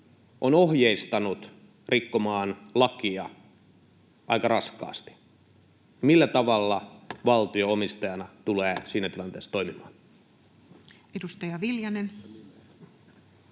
on ohjeistanut rikkomaan lakia aika raskaasti, niin millä tavalla valtio omistajana tulee siinä tilanteessa toimimaan. [Speech